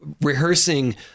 rehearsing